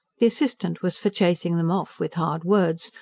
the assistant was for chasing them off, with hard words.